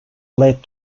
led